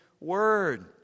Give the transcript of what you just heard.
word